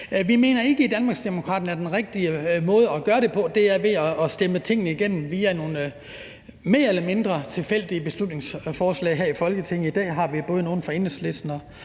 Vi mener ikke i Danmarksdemokraterne, at den rigtige måde at gøre det på er ved at stemme tingene igennem via nogle mere eller mindre tilfældige beslutningsforslag her i Folketinget. I dag har vi både nogle fra Enhedslisten